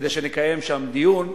כדי שנקיים שם דיון,